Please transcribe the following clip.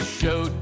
show